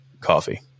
coffee